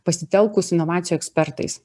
pasitelkus inovacijų ekspertais